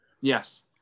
Yes